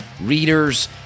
readers